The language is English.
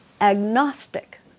agnostic